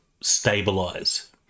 stabilize